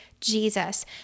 jesus